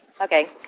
Okay